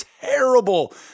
terrible